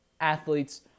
athletes